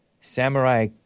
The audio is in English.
Samurai